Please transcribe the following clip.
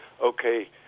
okay